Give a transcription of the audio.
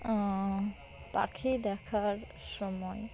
পাখি দেখার সময়